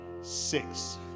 Six